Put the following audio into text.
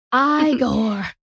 Igor